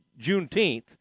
Juneteenth